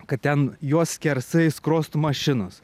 kad ten juos skersai skrostų mašinos